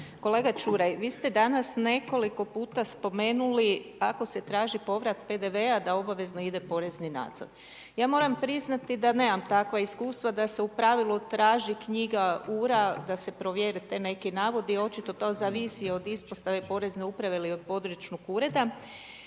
Kolega Čuraj, vi ste danas nekoliko puta spomenuli ako se traži povrat PDV-a da obavezno ide porezni nadzor. Ja moram priznati da nemam takva iskustva da se u pravilu traži knjiga U-RA da se provjere ti neki navodi i očito to zavisi od ispostave porezne uprave ili od područnog ureda.